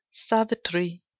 Savitri